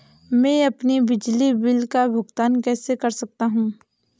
मैं अपने बिजली बिल का भुगतान कैसे कर सकता हूँ?